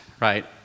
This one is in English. right